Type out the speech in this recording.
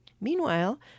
Meanwhile